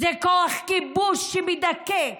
זה כוח כיבוש שמדכא.